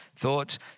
thoughts